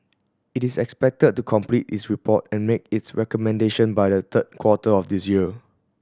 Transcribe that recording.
it is expected to complete its report and make its recommendation by the third quarter of this year